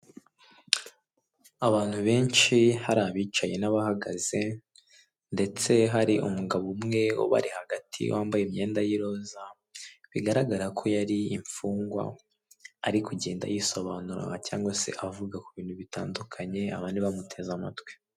Abantu benshi, hari abicaye n'abahagaze, ndetse hari umugabo umwe ubari hagati wambaye imyenda y'iroza, bigaragara ko yari imfungwa, ari kugenda yisobanura cyangwa se avuga ku bintu bitandukanye, abandi bamuteze amatwi.